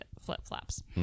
flip-flops